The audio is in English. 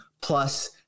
plus